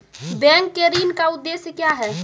Bank के ऋण का उद्देश्य क्या हैं?